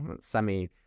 semi